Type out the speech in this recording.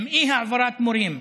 עם אי-העברת מורים,